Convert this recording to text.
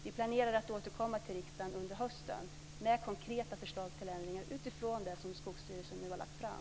Vi planerar att återkomma till riksdagen under hösten med konkreta förslag till ändringar utifrån det material som Skogsstyrelsen nu har lagt fram.